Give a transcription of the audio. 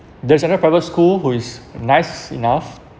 there's another private school who is nice enough